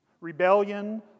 Rebellion